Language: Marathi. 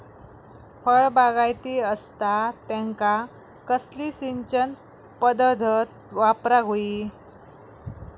फळबागायती असता त्यांका कसली सिंचन पदधत वापराक होई?